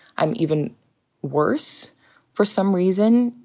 i'm even worse for some reason.